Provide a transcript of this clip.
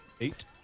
Eight